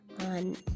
on